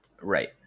Right